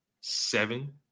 seven